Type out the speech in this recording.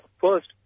first